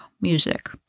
music